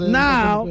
now